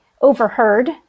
overheard